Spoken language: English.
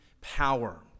power